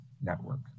network